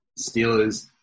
Steelers